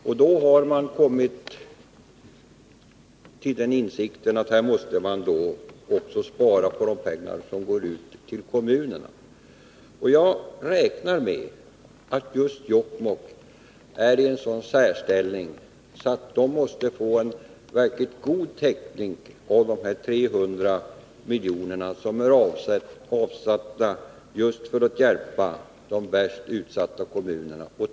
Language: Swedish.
Man har kommit till insikt att man måste spara även på de pengar som går ut till kommunerna. Jag räknar med att Jokkmokks kommun befinner sig i en sådan särställning att man måste få en verkligt god täckning ur de 300 milj.kr. som är avsatta för att hjälpa de värst utsatta kommunerna.